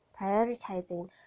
prioritizing